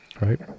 right